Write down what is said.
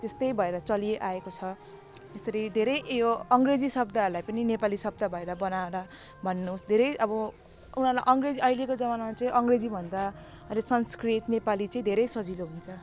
त्यस्तै भएर चलिआएको छ त्यसरी धेरै यो अङ्ग्रेजी शब्दहरूलाई पनि नेपाली शब्द भएर बनाएर भन्नु धेरै अब उनीहरूलाई अङ्ग्रेजी अहिलेको जमानामा चाहिँ अङ्ग्रेजीभन्दा अहिले संस्कृत नेपाली चाहिँ धेरै सजिलो हुन्छ